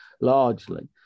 largely